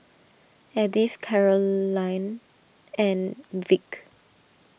Edith Carolann and Vic